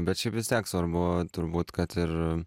bet šiaip vis tiek svarbu turbūt kad ir